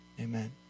Amen